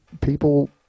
people